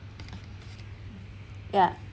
yeah